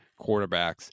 quarterbacks